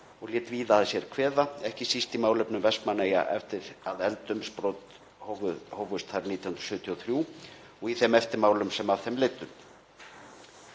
og lét víða að sér kveða, ekki síst í málefnum Vestmannaeyja eftir að eldsumbrot hófust þar 1973 og í þeim eftirmálum sem af þeim leiddi.